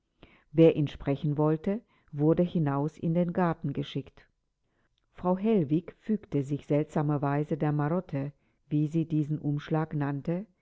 wer ihn sprechen wollte wurde hinaus in den garten geschickt frau hellwig fügte sich seltsamerweise der marotte wie sie diesen umschlag nannte